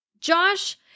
Josh